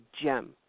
gem